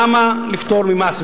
למה לפטור ממס?